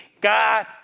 God